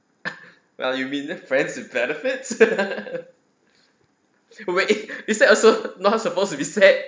well you mean the friends with benefits wait is that also not supposed to be said